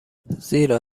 زیرا